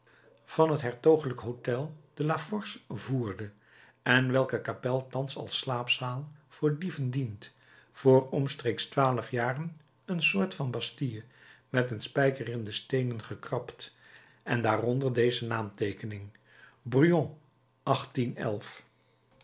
van het hertogelijk hôtel de la force voerde en welke kapel thans als slaapzaal voor dieven dient voor omstreeks twaalf jaren een soort van bastille met een spijker in de steenen gekrabd en daar onder deze naamteekening brujon